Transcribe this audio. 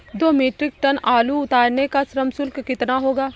दो metric ton आलू उतारने का श्रम शुल्क कितना होगा?